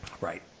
Right